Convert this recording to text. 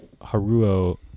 Haruo